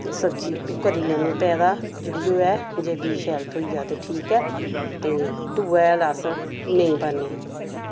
सब्जी करी लैन्ने पैदा जेह्ड़ी होऐ जे बीऽ शैल थ्होई जा ते ठीक ऐ ते दूआ हैल अस नेईं पान्ने